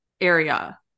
area